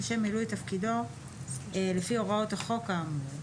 לשם מילוי תפקידו לפי הוראות החוק האמור".